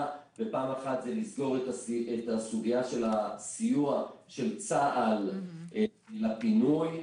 ופעם אחת זה לסגור את הסוגיה של הסיוע של צה"ל לפינוי.